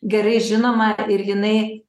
gerai žinoma ir jinai